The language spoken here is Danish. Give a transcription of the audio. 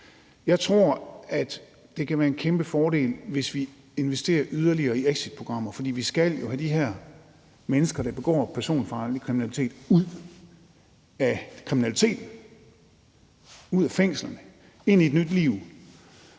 Jeg tror, det kan være en kæmpefordel, hvis vi investerer yderligere i exitprogrammer, for vi skal jo have de her mennesker, der begår personfarlig kriminalitet, ud af kriminaliteten, ud af fængslerne og ind i et nyt liv.